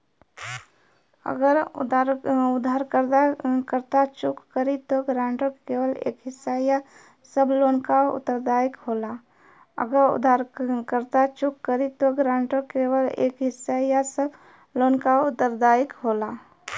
अगर उधारकर्ता चूक करि त गारंटर केवल एक हिस्सा या सब लोन क उत्तरदायी होला